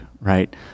right